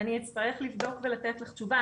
אני אצטרך לבדוק ולתת לך תשובה.